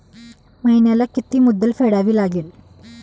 महिन्याला किती मुद्दल फेडावी लागेल?